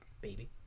Baby